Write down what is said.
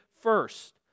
First